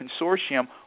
consortium